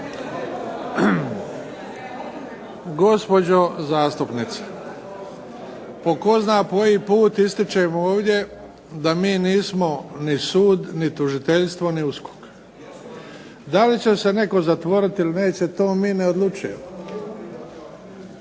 Gospođo zastupnice, po tko zna koji put ističem ovdje da mi nismo ni sud, ni tužiteljstvo ili USKOK, da li će se netko zatvoriti ili neće to mi ne odlučujemo,